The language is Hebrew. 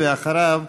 ואחריו,